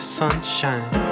sunshine